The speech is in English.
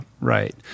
Right